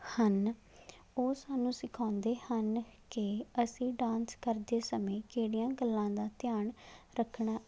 ਹਨ ਉਹ ਸਾਨੂੰ ਸਿਖਾਉਂਦੇ ਹਨ ਕਿ ਅਸੀਂ ਡਾਂਸ ਕਰਦੇ ਸਮੇਂ ਕਿਹੜੀਆਂ ਗੱਲਾਂ ਦਾ ਧਿਆਨ ਰੱਖਣਾ